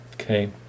Okay